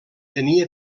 tenia